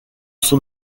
son